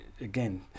again